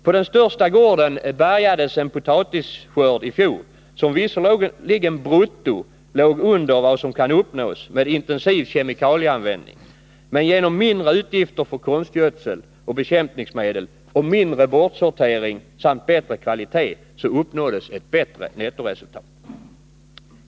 På den största gården bärgades en potatisskörd i fjol där visserligen bruttot låg under vad som kan uppnås med intensiv kemikalieanvändning men där man genom mindre utgifter för konstgödsel och bekämpningsmedel och mindre bortsortering samt bättre kvalitet uppnådde ett bättre nettoresultat.